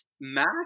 Mac